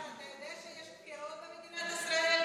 בחירות במדינה אחרת?